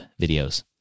videos